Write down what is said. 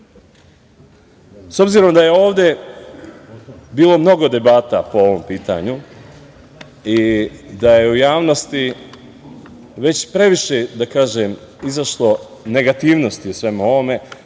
obzirom da je ovde bilo mnogo debata po ovom pitanju i da je u javnosti već previše da kažem, izašlo negativnosti u svemu ovome,